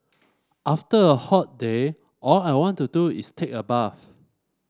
after a hot day all I want to do is take a bath